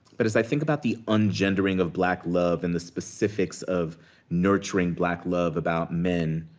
but as i think about the un-gendering of black love and the specifics of nurturing black love about men,